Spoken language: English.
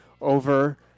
over